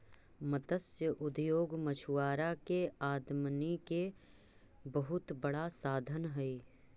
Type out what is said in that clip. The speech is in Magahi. मत्स्य उद्योग मछुआरा के आमदनी के बहुत बड़ा साधन हइ